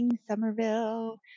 somerville